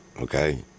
Okay